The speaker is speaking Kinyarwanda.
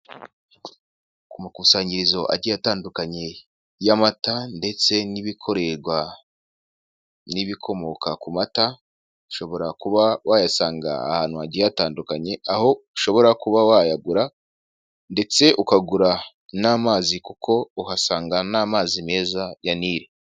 Ku makusanyirizo agiye atandukanye y'amata, ndetse n'ibikorerwa n'ibikomoka ku mata, ushobora kuba wayasanga ahantu hagiye hatandukanye, aho ushobora kuba wayagura, ndetse ukagura n'amazi kuko uhasanga n'amazi meza ya nili.